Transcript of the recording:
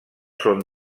són